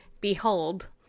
Behold